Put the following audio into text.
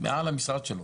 מעל המשרד שלו.